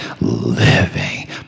living